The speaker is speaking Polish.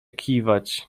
kiwać